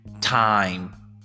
time